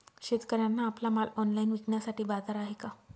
शेतकऱ्यांना आपला माल ऑनलाइन विकण्यासाठी बाजार आहे का?